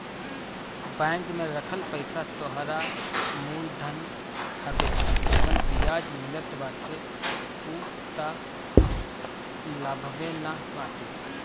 bank में रखल पईसा तोहरा मूल धन हवे जवन बियाज मिलत बाटे उ तअ लाभवे न बाटे